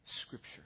Scripture